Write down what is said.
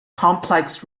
complex